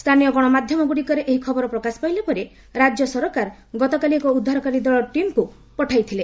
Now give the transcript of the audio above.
ସ୍ଥାନୀୟ ଗଣମାଧ୍ୟମଗୁଡ଼ିକରେ ଏହି ଖବର ପ୍ରକାଶ ପାଇଲା ପରେ ରାଜ୍ୟ ସରକାର ଗତକାଲି ଏକ ଉଦ୍ଧାରକାରୀ ଟିମ୍କୁ ପଠାଇଥିଲେ